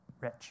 rich